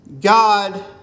God